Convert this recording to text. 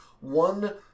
one